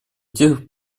тех